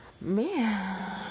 Man